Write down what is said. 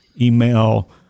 email